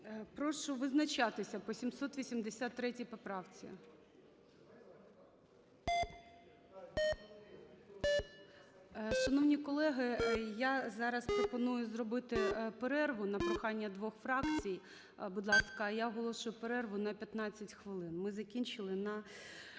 Прошу визначатися по 783 поправці. 13:29:08 За-2 Шановні колеги, я зараз пропоную зробити перерву на прохання двох фракцій, будь ласка. Я оголошую перерву на 15 хвилин. Ми закінчили на